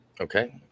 okay